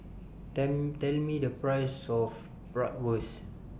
them Tell Me The Price of Bratwurst